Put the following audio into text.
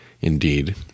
Indeed